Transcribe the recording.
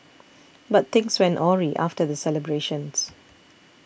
but things went awry after the celebrations